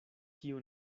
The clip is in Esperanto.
kiu